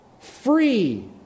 free